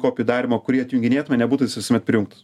kopijų darymo kurį atjunginėtume nebūtų jis visuomet prijungtas